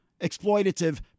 exploitative